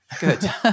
good